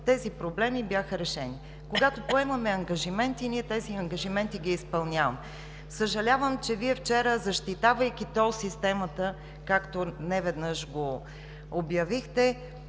тези проблеми бяха решени. Когато поемаме ангажименти, ние тези ангажименти ги изпълняваме. Съжалявам, че Вие вчера, защитавайки тол системата, както неведнъж го обявихте,